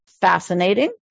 fascinating